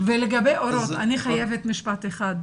לגבי אל אנואר בחליסה, אני חייבת משפט אחד.